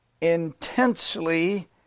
intensely